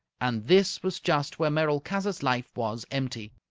and this was just where merolchazzar's life was empty.